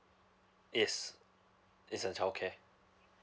yes it's a childcare